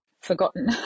forgotten